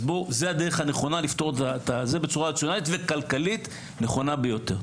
זו הדרך הנכונה לפתור את המצוקה בצורה רציונלית וכלכלית נכונה ביותר.